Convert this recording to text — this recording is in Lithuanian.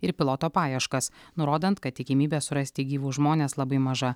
ir piloto paieškas nurodant kad tikimybė surasti gyvus žmones labai maža